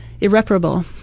Irreparable